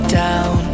down